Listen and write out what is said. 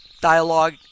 dialogue